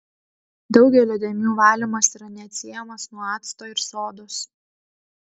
daugelio dėmių valymas yra neatsiejamas nuo acto ir sodos